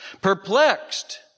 Perplexed